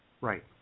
Right